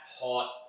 hot